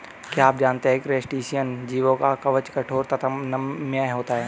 क्या आप जानते है क्रस्टेशियन जीवों का कवच कठोर तथा नम्य होता है?